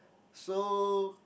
so